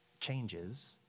changes